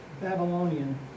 Babylonian